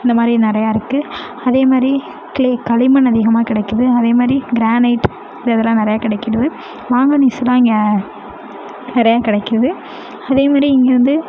இந்த மாதிரி நிறையா இருக்குது அதே மாதிரி கிளே களிமண் அதிகமாக கிடைக்கிது அதே மாதிரி கிரேனைட் இது இதலாம் நிறையா கிடைக்கிறது மேங்கனிஸ்லாம் இங்ககே நிறையா கிடைக்கிது அதேமாரி இங்கே வந்து